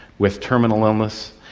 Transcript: with terminal illness.